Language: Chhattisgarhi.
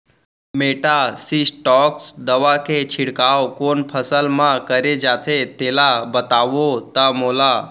मेटासिस्टाक्स दवा के छिड़काव कोन फसल म करे जाथे तेला बताओ त मोला?